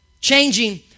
Changing